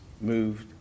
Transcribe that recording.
Moved